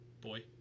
Boy